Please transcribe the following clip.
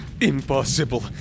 Impossible